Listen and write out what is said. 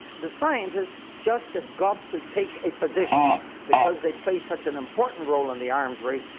the scientists just have got to take a position because they play such an important role in the arms race.